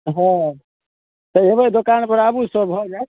हँ तऽ एबै दोकानपर आबु तऽ भऽ जायत